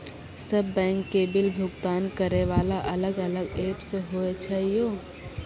सब बैंक के बिल भुगतान करे वाला अलग अलग ऐप्स होय छै यो?